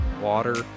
water